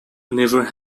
never